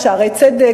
"שערי צדק",